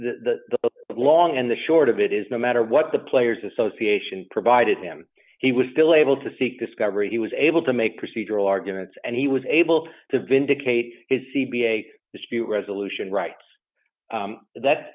the long and the short of it is no matter what the players association provided him he was still able to seek discovery he was able to make procedural arguments and he was able to vindicate his c b a dispute resolution rights that